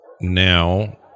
Now